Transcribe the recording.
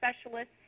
specialists